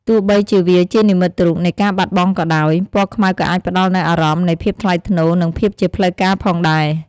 ទោះបីជាវាជានិមិត្តរូបនៃការបាត់បង់ក៏ដោយ ពណ៌ខ្មៅក៏អាចផ្តល់នូវអារម្មណ៍នៃភាពថ្លៃថ្នូរ និងភាពជាផ្លូវការផងដែរ។